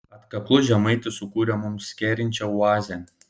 atkaklus žemaitis sukūrė mums kerinčią oazę